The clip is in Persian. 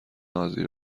نازی